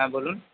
হ্যাঁ বলুন